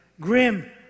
grim